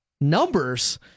numbers